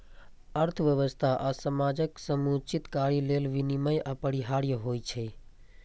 अर्थव्यवस्था आ समाजक समुचित कार्य लेल विनियम अपरिहार्य होइ छै